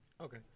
Okay